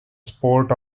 sport